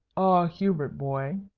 ah, hubert boy,